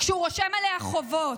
כשהוא רושם עליה חובות,